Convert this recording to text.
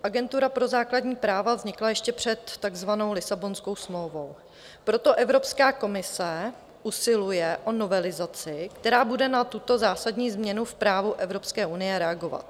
Agentura pro základní práva vznikla ještě před takzvanou Lisabonskou smlouvou, proto Evropská komise usiluje o novelizaci, která bude na tuto zásadní změnu v právu Evropské unie reagovat.